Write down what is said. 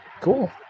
Cool